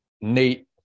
Nate